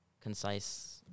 concise